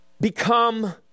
become